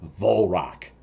Volrock